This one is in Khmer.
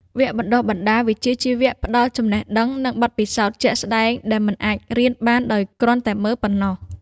វគ្គបណ្តុះបណ្តាលវិជ្ជាជីវៈផ្តល់ចំណេះដឹងនិងបទពិសោធន៍ជាក់ស្តែងដែលមិនអាចរៀនបានដោយគ្រាន់តែមើលប៉ុណ្ណោះ។